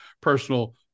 personal